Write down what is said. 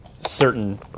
certain